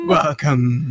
Welcome